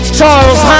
Charles